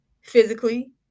physically